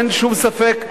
אין שום ספק,